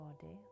body